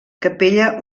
capella